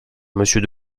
monsieur